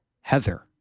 Heather